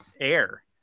air